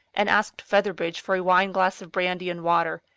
and asked featherbridge for a wine-glass of brandy and water,